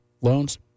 loans